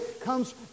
comes